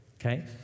okay